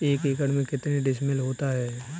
एक एकड़ में कितने डिसमिल होता है?